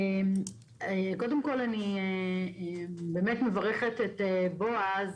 קודם כל, אני באמת מברכת את בועז.